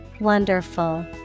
Wonderful